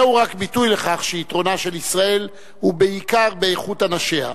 זהו רק ביטוי לכך שיתרונה של ישראל הוא בעיקר באיכות אנשיה,